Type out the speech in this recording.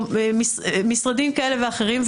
במשרדים כאלה ואחרים.